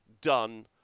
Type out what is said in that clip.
done